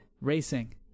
racing